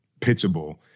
pitchable